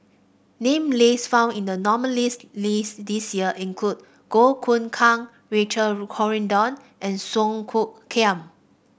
name list found in the nominees' list this year include Goh Choon Kang Richard Corridon and Song Hoot Kiam